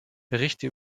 berichte